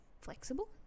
flexible